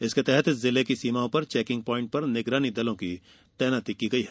इसके अन्तर्गत जिले की सीमाओं पर चैकिंग पाइंट पर निगरानी दलों की तैनाती की गई है